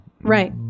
right